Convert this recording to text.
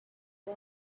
boy